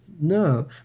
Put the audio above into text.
No